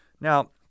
Now